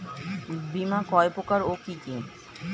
বীমা কয় প্রকার কি কি?